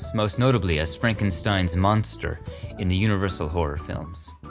most notably as frankenstein's monster in the universal horror films.